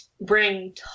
bring